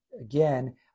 again